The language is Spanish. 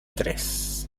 tres